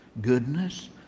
goodness